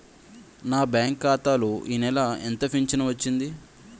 నా బ్యాంక్ ఖాతా లో ఈ నెల ఎంత ఫించను వచ్చింది?